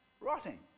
Rotting